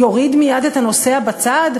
יוריד מייד את הנוסע בצד?